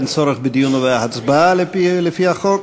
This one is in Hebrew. אין צורך בדיון ובהצבעה על-פי החוק.